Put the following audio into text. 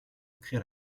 créa